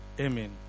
Amen